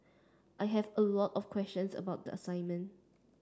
I have a lot of questions about the assignment